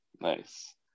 Nice